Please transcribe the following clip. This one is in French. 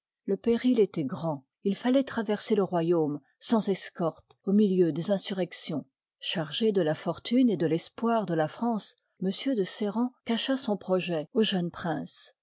le péril étoit grand il falloit traverser i'part le royaume sans escorte au milieu des ïiv i insurrections chargé de la fortune et de lspoir de la france m de sérent cacha son projet aux jeunes princes